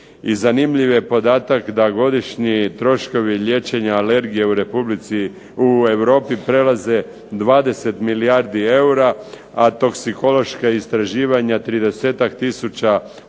i zanimljiv je podatak da godišnji troškovi liječenja alergija u Europi prelaze 20 milijardi eura, a toksikološka istraživanja 30-tak tisuća